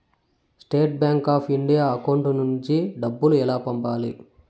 State Bank of India account నుంచి డబ్బులు ఎలా పంపాలి?